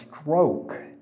stroke